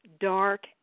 dark